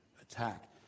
attack